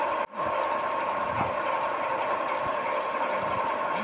दलहन के फसल में राजमा के महत्वपूर्ण स्थान हइ